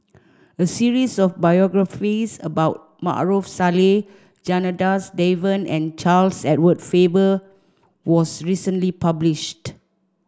a series of biographies about Maarof Salleh Janadas Devan and Charles Edward Faber was recently published